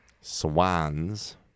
Swans